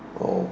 oh